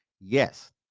Yes